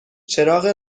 چراغ